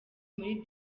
muri